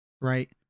right